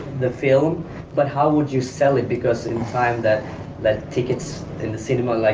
the film but how would you sell it because in time that that tickets and the cinema, like